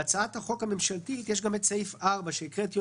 בהצעת החוק הממשלתית יש גם את סעיף 4 שהקראתי,